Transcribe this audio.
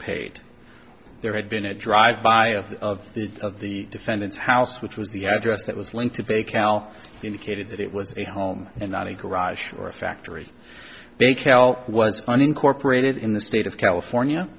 paid there had been a drive by of the of the defendant's house which was the address that was linked of a cow indicated that it was a home and not a garage or a factory they cal was unincorporated in the state of california